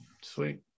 Sweet